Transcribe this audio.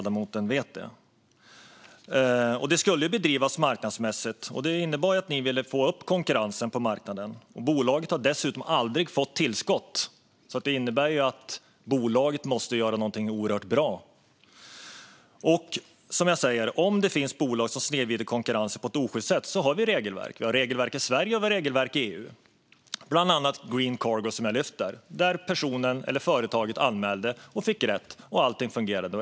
Det skulle bedrivas marknadsmässigt, vilket innebar att ni ville få upp konkurrensen på marknaden. Bolaget har dessutom aldrig fått tillskott, vilket innebär att bolaget måste göra någonting oerhört bra. Som jag säger: Om det finns bolag som snedvrider konkurrensen på ett osjyst sätt har vi regelverk i både Sverige och EU. Jag lyfte exemplet med Green Cargo, där företaget fick rätt och allting fungerade.